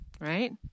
right